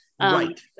right